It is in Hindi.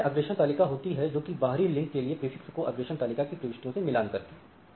राउटर में अग्रेषण तालिका होती हैं जो कि बाहरी लिंक के लिए prefix को अग्रेषण तालिका की प्रविष्टियों से मिलान करती हैं